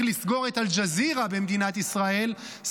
לסגור את אל-ג'זירה במדינת ישראל,